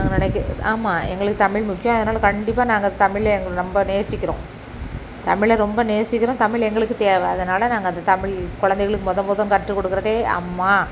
வடக்கு ஆமாம் எங்களுக்கு தமிழ் முக்கியம் அதனால கண்டிப்பாக நாங்கள் தமிழில் எங்களை ரொம்ப நேசிக்கிறோம் தமிழை ரொம்ப நேசிக்கிறோம் தமிழ் எங்களுக்கு தேவை அதனால அந்த தமிழ் குழந்தைகளுக்கு மொதல் மொதல் கற்றுக்கொடுக்குறதே அம்மா